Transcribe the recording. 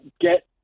get